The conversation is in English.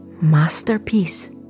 Masterpiece